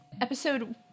episode